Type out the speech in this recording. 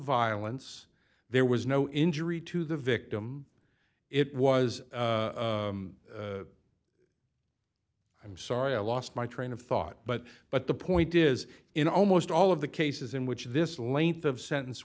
violence there was no injury to the victim it was i'm sorry i lost my train of thought but but the point is in almost all of the cases in which this length of sentence